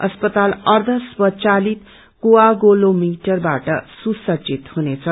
अस्पताल अर्डस्वचालित कोआगुलोमीटरबाट सुसञ्जति हुनेछ